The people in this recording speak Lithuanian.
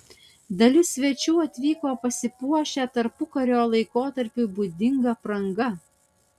dalis svečių atvyko pasipuošę tarpukario laikotarpiui būdinga apranga